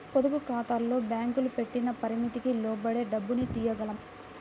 పొదుపుఖాతాల్లో బ్యేంకులు పెట్టిన పరిమితికి లోబడే డబ్బుని తియ్యగలం